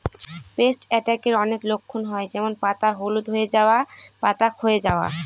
paste অ্যাটাকের অনেক লক্ষণ হয় যেমন পাতা হলুদ হয়ে যাওয়া, পাতা ক্ষয়ে যাওয়া